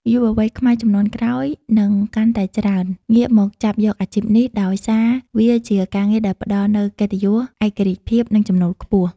យុវវ័យខ្មែរជំនាន់ក្រោយនឹងកាន់តែច្រើនងាកមកចាប់យកអាជីពនេះ ដោយសារវាជាការងារដែលផ្ដល់នូវកិត្តិយស ឯករាជ្យភាព និងចំណូលខ្ពស់។